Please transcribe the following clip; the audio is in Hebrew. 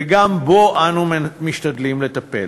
וגם בה אנו משתדלים לטפל.